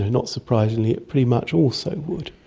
not surprisingly it pretty much also would.